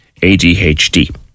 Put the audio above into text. ADHD